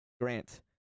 Grant